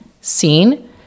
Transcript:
seen